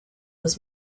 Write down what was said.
was